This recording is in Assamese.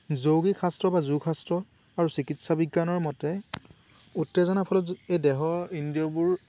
যৌগিক শাস্ত্ৰ বা যোগ শাস্ত্ৰ আৰু চিকিৎসা বিজ্ঞানৰ মতে উত্তেজনাৰ ফলত এই দেহৰ ইন্দ্ৰিয়বোৰ